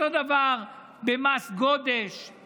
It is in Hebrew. אותו דבר במס גודש,